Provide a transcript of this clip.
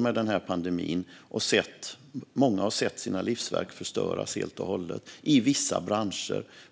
Många i vissa branscher har sett sina livsverk förstöras helt och hållet.